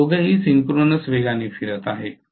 ते दोघेही सिंक्रोनस वेगाने फिरत आहेत